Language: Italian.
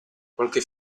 qualche